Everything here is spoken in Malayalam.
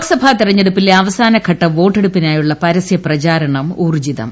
ലോക്സഭാ തെരഞ്ഞെടുപ്പില്ല് അവസാനഘട്ട വോട്ടെടുപ്പിനായുള്ള പ്ര്യസ്യ്പചാരണം ഊർജ്ജിതം